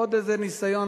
עוד איזה ניסיון,